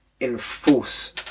enforce